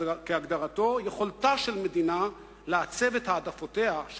כהגדרתו: יכולתה של מדינה לעצב את העדפותיה של